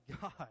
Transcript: God